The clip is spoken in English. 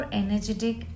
energetic